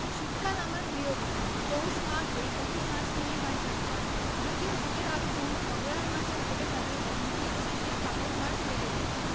শীতকাল আমার প্রিয় ঋতু পৌষ মাঘ এই দুটি মাস নিয়েই হয় শীতকাল যদিও শীতের আগমন অগ্রহায়ণ মাসে ঘটে থাকে এবং শীত শেষে ফাল্গুন মাস লেগে যায়